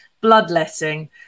bloodletting